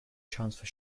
transfer